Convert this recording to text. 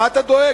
מה אתה דואג,